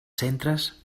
centres